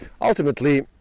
ultimately